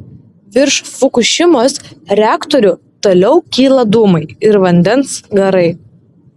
virš fukušimos reaktorių toliau kyla dūmai ir vandens garai